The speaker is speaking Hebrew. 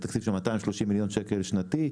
מתקציב של 230 מיליון שקל שנתי,